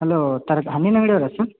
hello ತರ ಹೆಣ್ಣಿನ ಅಂಗಡಿ ಅವ್ರಾ ಸರ್